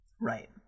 Right